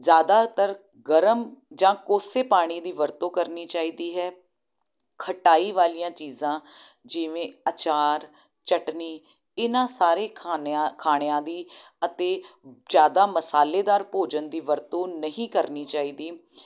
ਜ਼ਿਆਦਾਤਰ ਗਰਮ ਜਾਂ ਕੋਸੇ ਪਾਣੀ ਦੀ ਵਰਤੋਂ ਕਰਨੀ ਚਾਹੀਦੀ ਹੈ ਖਟਾਈ ਵਾਲੀਆਂ ਚੀਜ਼ਾਂ ਜਿਵੇਂ ਆਚਾਰ ਚਟਨੀ ਇਹਨਾਂ ਸਾਰੇ ਖਾਨਿਆਂ ਖਾਣਿਆਂ ਦੀ ਅਤੇ ਜ਼ਿਆਦਾ ਮਸਾਲੇਦਾਰ ਭੋਜਨ ਦੀ ਵਰਤੋਂ ਨਹੀਂ ਕਰਨੀ ਚਾਹੀਦੀ